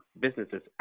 businesses